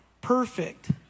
perfect